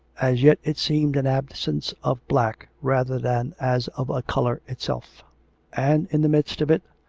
as yet it seemed an absence of black rather than as of a colour itself and in the midst of it,